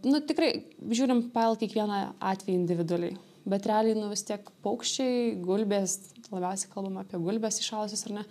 nu tikrai žiūrim pagal kiekvieną atvejį individualiai bet realiai nu vis tiek paukščiai gulbės labiausiai kalbam apie gulbes įšalusias ar ne